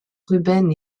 rubens